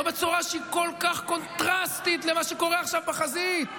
לא בצורה שהיא כל כך קונטרסטית למה שקורה עכשיו בחזית,